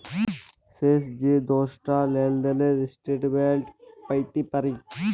শেষ যে দশটা লেলদেলের ইস্ট্যাটমেল্ট প্যাইতে পারি